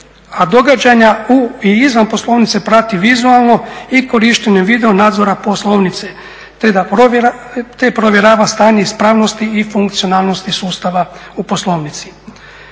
a događanja u i izvan poslovnice prati vizualno i korištenjem video-nadzora poslovnice te provjerava stanje ispravnosti i funkcionalnosti sustava u poslovnici.